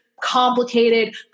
complicated